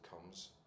comes